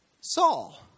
Saul